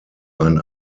ein